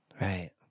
Right